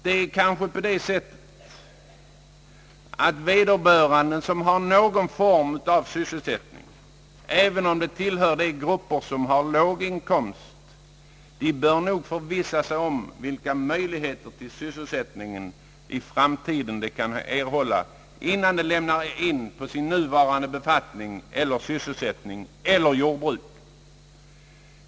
De som har någon form av sysselsättning även om de tillhör låglönegrupperna — bör kanske förvissa sig om vilka möjligheter till sysselsättning i framtiden de har, innan de lämnar sin nuvarande befattning eller sysselsättning eller säljer sitt jordbruk.